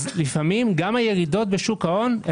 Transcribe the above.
אז לפעמים גם הירידות בשוק ההון היא